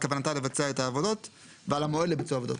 כוונתה לבצע את העבודות ועל המועד לביצוע העבודות.